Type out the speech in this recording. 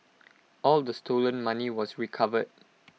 all the stolen money was recovered